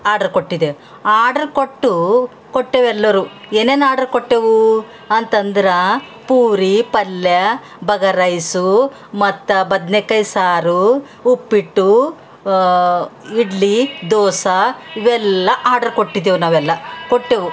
order ಕೊಟ್ಟಿದ್ದೆವ್ order ಕೊಟ್ಟು ಕೊಟ್ಟೆವೆಲ್ಲರು ಏನೇನು ಆರ್ಡ್ರ್ ಕೊಟ್ಟೆವೂ ಅಂತಂದ್ರೆ ಪೂರಿ ಪಲ್ಯ ಬಗರೈಸೂ ಮತ್ತು ಬದ್ನೆಕಾಯಿ ಸಾರು ಉಪ್ಪಿಟ್ಟು ಇಡ್ಲಿ ದೋಸಾ ಇವೆಲ್ಲ ಆರ್ಡ್ರ್ ಕೊಟ್ಟಿದ್ದೆವ್ ನಾವೆಲ್ಲ ಕೊಟ್ಟೆವು